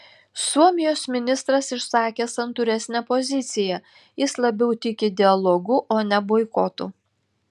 suomijos ministras išsakė santūresnę poziciją jis labiau tiki dialogu o ne boikotu